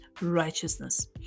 righteousness